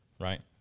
right